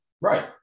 Right